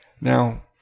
Now